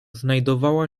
znajdowała